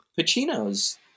Pacino's